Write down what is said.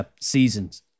seasons